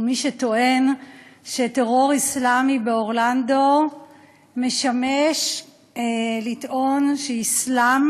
מי שטוען שטרור אסלאמי באורלנדו משמש לטעון שאסלאם